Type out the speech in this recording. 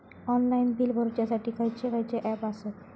Online bill भरुच्यासाठी खयचे खयचे ऍप आसत?